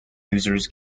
users